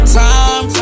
time